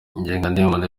ngendahimana